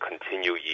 continue